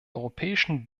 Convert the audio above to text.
europäischen